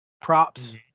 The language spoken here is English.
props